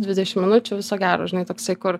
dvidešimt minučių viso gero žinai toksai kur